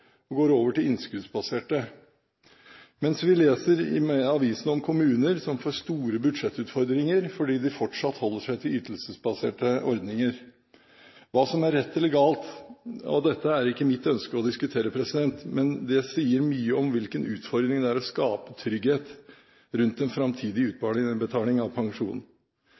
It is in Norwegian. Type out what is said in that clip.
og går over til innskuddsbaserte, mens vi leser i avisene om kommuner som får store budsjettutfordringer fordi de fortsatt holder seg til ytelsesbaserte ordninger. Om dette er rett eller galt, er ikke mitt ønske å diskutere, men det sier mye om hvilken utfordring det er å skape trygghet rundt den framtidige utbetaling av pensjon.